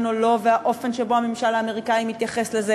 או לא והאופן שבו הממשל האמריקני מתייחס לזה,